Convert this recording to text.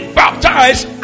baptized